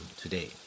today